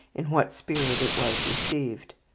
in what spirit it was received.